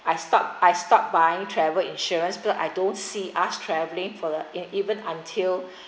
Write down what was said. I stopped I stopped buying travel insurance I don't see us travelling for the even until